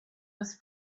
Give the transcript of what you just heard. was